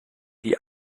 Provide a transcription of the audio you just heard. die